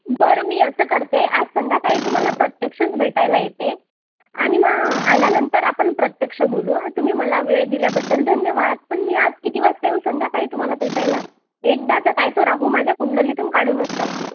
बरं मी असं करते आज संध्याकाळी तुम्हाला प्रत्यक्षच भेटायला येते आणि मग आल्यानंतर आपण प्रत्यक्ष बोलू तुम्ही मला वेळ दिल्याबद्दल धन्यवाद पण मी आज किती वाजता येऊ संध्याकाळी तुम्हाला भेटायला एकदाचा काय तो राहू माझ्या कुंडलीतून काढूनच टाकू